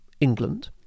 England